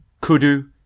Kudu